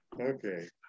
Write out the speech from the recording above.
okay